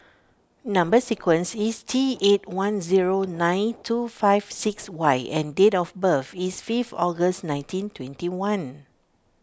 Number Sequence is T eight one zero nine two five six Y and date of birth is fifth August nineteen twenty one